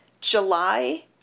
July